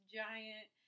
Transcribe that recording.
giant